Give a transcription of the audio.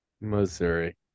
Missouri